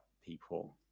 people